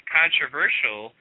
controversial